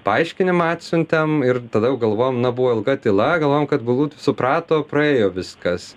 paaiškinimą atsiuntėm ir tada jau galvojom na buvo ilga tyla galvojom kad galbūt suprato praėjo viskas